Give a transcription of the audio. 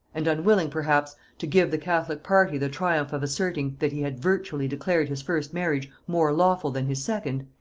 and unwilling perhaps to give the catholic party the triumph of asserting that he had virtually declared his first marriage more lawful than his second,